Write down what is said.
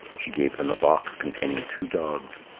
she gave them a box containing two dogs.